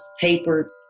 paper